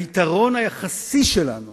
היתרון היחסי שלנו